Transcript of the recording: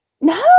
No